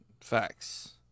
Facts